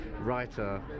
writer